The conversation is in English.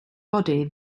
body